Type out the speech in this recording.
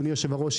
אדוני היושב ראש,